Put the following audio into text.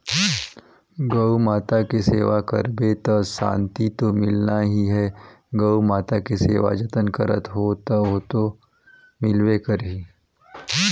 गउ माता के सेवा करबे त सांति तो मिलना ही है, गउ माता के सेवा जतन करत हो त ओतो मिलबे करही